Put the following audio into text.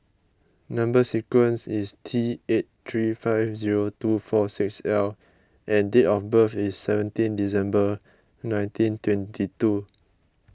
Number Sequence is T eight three five zero two four six L and date of birth is seventeen December nineteen twenty two